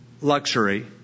luxury